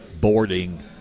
boarding